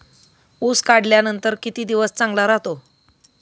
ऊस काढल्यानंतर किती दिवस चांगला राहतो?